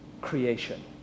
creation